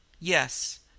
Yes